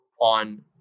on